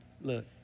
Look